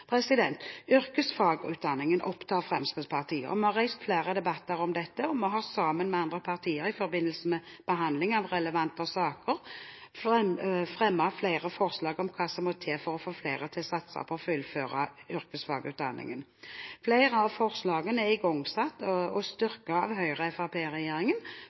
Yrkesfagutdanningen opptar Fremskrittspartiet. Vi har reist flere debatter om dette, og vi har sammen med andre partier, i forbindelse med behandling av relevante saker, fremmet flere forslag om hva som må til for å få flere til å satse på å fullføre yrkesfagutdanningen. Flere av forslagene er iverksatt og styrket av